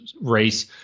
race